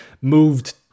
moved